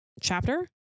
chapter